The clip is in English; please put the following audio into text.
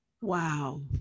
Wow